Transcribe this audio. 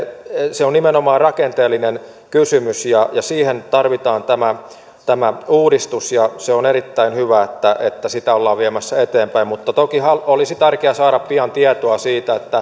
se on nimenomaan rakenteellinen kysymys ja siihen tarvitaan tämä tämä uudistus ja on erittäin hyvä että että sitä ollaan viemässä eteenpäin mutta toki olisi tärkeää saada pian tietoa siitä